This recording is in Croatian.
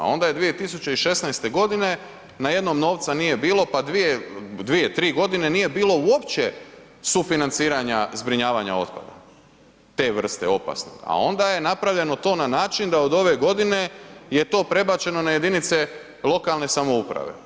A onda je 2016. godine najednom novca nije bilo, pa 2, 3 godine nije bilo uopće sufinanciranja zbrinjavanja otpada, te vrste opasnoga a onda je napravljeno to na način da od ove godine je to prebačeno na jedinice lokalne samouprave.